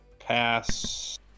Pass